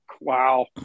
wow